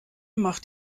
macht